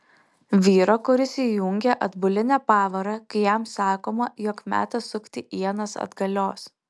vyro kuris įjungia atbulinę pavarą kai jam sakoma jog metas sukti ienas atgalios